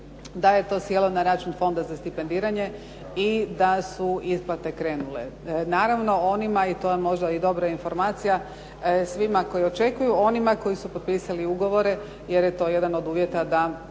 da je to sjelo na račun Fonda za stipendiranje i da su isplate krenule. Naravno onima i to je možda i dobra informacija svima koji očekuju, onima koji su potpisali ugovore, jer je to jedan od uvjeta da